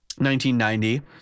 1990